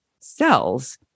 cells